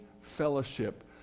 fellowship